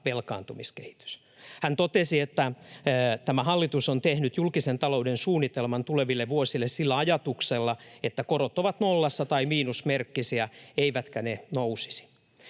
velkaantumiskehitys. Hän totesi, että tämä hallitus on tehnyt julkisen talouden suunnitelman tuleville vuosille sillä ajatuksella, että korot ovat nollassa tai miinusmerkkisiä eivätkä ne nousisi.